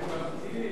התשע"א 2011,